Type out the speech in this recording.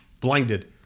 Blinded